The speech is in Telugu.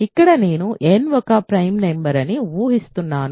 ఇక్కడ నేను n ఒక ప్రైమ్ నెంబర్ అని ఊహిస్తున్నాను